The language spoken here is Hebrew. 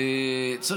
תכבוש את עזה.